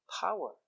power